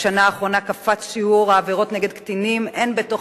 בשנה האחרונה קפץ שיעור העבירות נגד קטינים הן בתוך